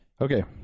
Okay